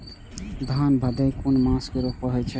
धान भदेय कुन मास में रोपनी होय छै?